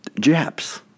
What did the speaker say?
Japs